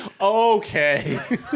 okay